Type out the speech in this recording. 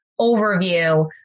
overview